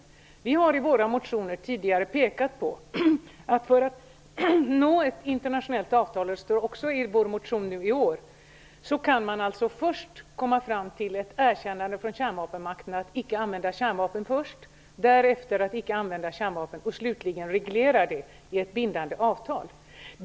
Vi socialdemokrater har i våra motioner tidigare pekat på -- och det står också i vår motion nu i år -- att man för att nå ett internationellt avtal i första steget kan komma fram till en utfästelse från kärnvapenmakterna att inte först använda kärnvapen, därefter att inte använda kärnvapen, och slutligen reglera detta i bindande avtal.